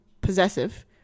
possessive